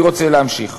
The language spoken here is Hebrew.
אני רוצה להמשיך